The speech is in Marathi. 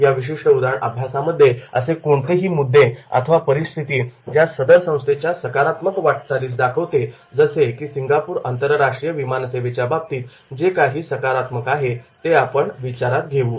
या विशिष्ट उदाहरण अभ्यासामध्ये असे कोणतेही मुद्दे अथवा परिस्थिती ज्या सदर संस्थेच्या सकारात्मक वाटचालीस दाखवते जसे की सिंगापूर आंतरराष्ट्रीय विमान सेवेच्या बाबतीत जे काही सकारात्मक आहे ते आपण विचारात घेऊ